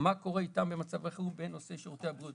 מה קורה איתם במצבי חירום בנושא שירותי הבריאות?